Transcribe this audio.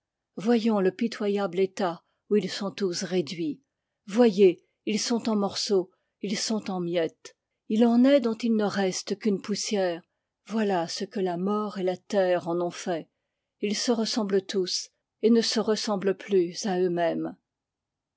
voyons le pitoyable état où ils sont tous réduits voyez ils sont en morceaux ils sont en miettes il en est dont il ne reste qu'une poussière voilà ce que la mort et la terre en ont fait ils se ressemblent tous et ne se ressemblent plus à eux-mêmes